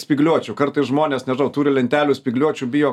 spygliuočių kartais žmonės nežinau turi lentelių spygliuočių bijo